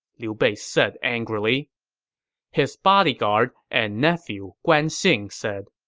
liu bei said angrily his bodyguard and nephew guan xing said,